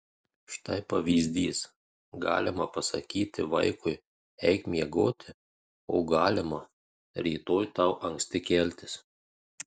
štai pavyzdys galima pasakyti vaikui eik miegoti o galima rytoj tau anksti keltis